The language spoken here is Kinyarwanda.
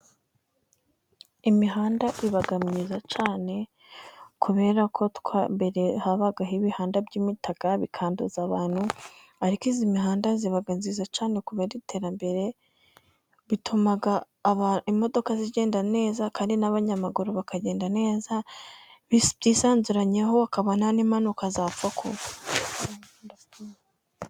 Imihanda iba miyiza cyane kubera ko mbere habagaho ibihanda by'ibitaka bikanduza abantu, ariko iyi mihanda zliba myiza cyane, kubera iterambere bituma imodoka zigenda neza, kandi n'abanyamaguru bakagenda neza bisanzuranyeho akaba nta n'impanuka zapfa kuba.